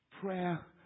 prayer